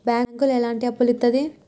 బ్యాంకులు ఎట్లాంటి అప్పులు ఇత్తది?